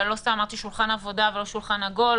ולא סתם אמרתי שולחן עבודה ולא שולחן עגול.